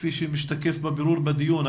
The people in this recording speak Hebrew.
כפי שמשתקף בבירור בדיון,